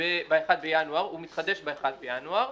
ב-1 בינואר, הוא מתחדש ב-1 בינואר,